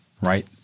right